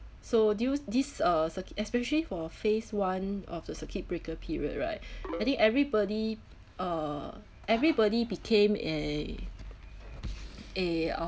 so due this uh circuit especially for phase one of the circuit breaker period right I think everybody uh everybody became a a